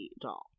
doll